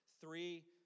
three